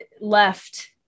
left